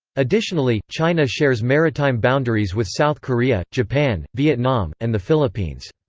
additionally, china shares maritime boundaries with south korea, japan, vietnam, and the philippines.